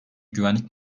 güvenlik